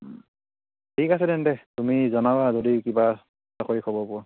ঠিক আছে তেন্তে তুমি জনাবা যদি কিবা চাকৰি খবৰ পোৱা